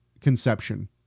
conception